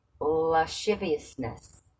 Lasciviousness